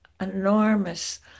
enormous